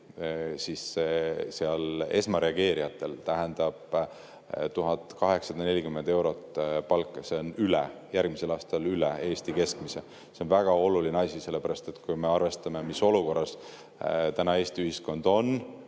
17% seal esmareageerijatel tähendab 1840 eurot palka, see on järgmisel aastal üle Eesti keskmise. See on väga oluline asi, sellepärast et kui me arvestame, mis olukorras täna Eesti ühiskond on,